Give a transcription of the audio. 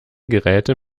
geräte